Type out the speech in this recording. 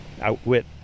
outwit